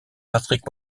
patrick